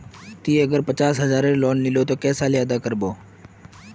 ती अगर पचास हजारेर लोन लिलो ते कै साले अदा कर बो?